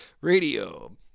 Radio